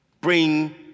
bring